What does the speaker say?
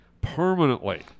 permanently